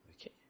Okay